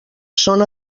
són